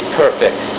perfect